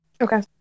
Okay